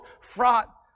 fraught